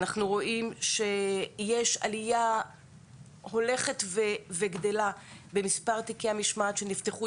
אנחנו רואים שיש עלייה הולכת וגדלה במספר תיקי המשמעת שנפתחו.